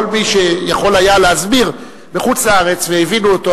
כל מי שיכול היה להסביר בחוץ-לארץ והבינו אותו,